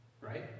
right